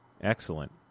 Excellent